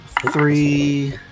three